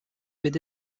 with